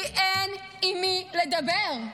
כי אין עם מי לדבר.